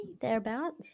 thereabouts